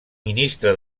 ministre